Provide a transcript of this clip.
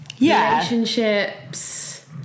relationships